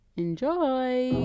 enjoy